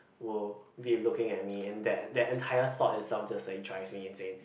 will be looking at me and that that entire thought itself just like drives me insane